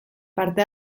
parte